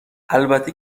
البته